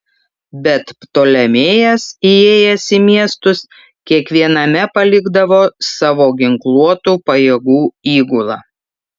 bet ptolemėjas įėjęs į miestus kiekviename palikdavo savo ginkluotų pajėgų įgulą